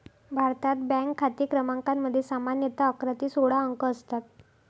भारतात, बँक खाते क्रमांकामध्ये सामान्यतः अकरा ते सोळा अंक असतात